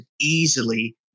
easily